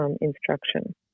instruction